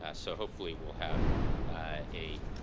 ah so hopefully, we'll have a